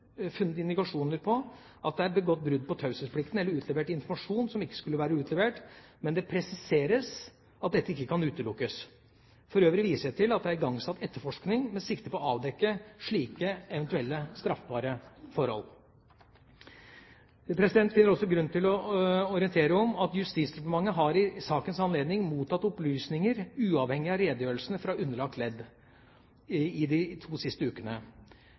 funnet indikasjoner på at det er begått brudd på taushetsplikten eller utlevert informasjon som ikke skulle vært utlevert, men det presiseres at dette ikke kan utelukkes. Før øvrig viser jeg til at det er igangsatt etterforskning med sikte på å avdekke slike eventuelle straffbare forhold. Jeg finner også grunn til å orientere om at Justisdepartementet i sakens anledning har mottatt opplysninger uavhengig av redegjørelsene fra underlagte ledd de to siste ukene.